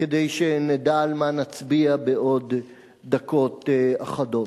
כדי שנדע על מה נצביע בעוד דקות אחדות.